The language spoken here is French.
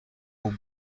aux